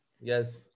Yes